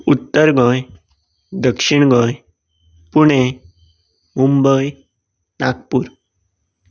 उत्तर गोंय दक्षिण गोंय पुणे मुंबय नागपूर